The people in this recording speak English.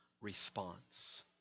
response